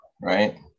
right